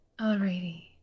Alrighty